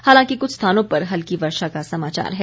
हालांकि कुछ स्थानों पर हल्की वर्षा का समाचार है